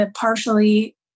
partially